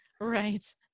Right